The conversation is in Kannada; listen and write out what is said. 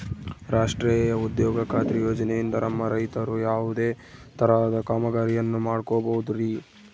ರಾಷ್ಟ್ರೇಯ ಉದ್ಯೋಗ ಖಾತ್ರಿ ಯೋಜನೆಯಿಂದ ನಮ್ಮ ರೈತರು ಯಾವುದೇ ತರಹದ ಕಾಮಗಾರಿಯನ್ನು ಮಾಡ್ಕೋಬಹುದ್ರಿ?